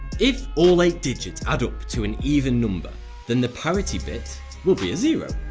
if all eight digits add up to an even number then the parity bit will be a zero,